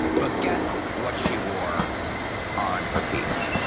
but guess what she wore on her feet?